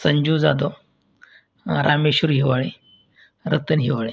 Sanju Jadhav Rameshwari Hiwale Ratan Hiwale